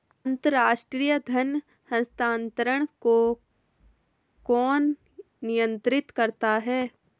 अंतर्राष्ट्रीय धन हस्तांतरण को कौन नियंत्रित करता है?